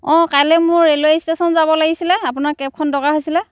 অ কাইলৈ মোৰ railway station যাব লাগিছিলে আপোনাৰ কেবখন দৰকাৰ হৈছিলে